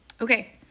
Okay